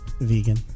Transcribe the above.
vegan